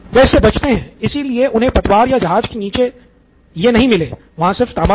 वह इससे बचते है इसीलिए उन्हें पतवार या जहाज के नीचे यह नहीं मिले वहाँ सिर्फ तांबा था